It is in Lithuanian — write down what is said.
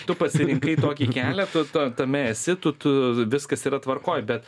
tu pasirinkai tokį kelią tu ta tame esi tu tu viskas yra tvarkoj bet